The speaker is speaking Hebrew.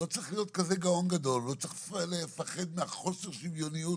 לא צריך להיות כזה גאון גדול ולא צריך לפחד מחוסר השוויוניות,